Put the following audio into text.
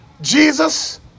Jesus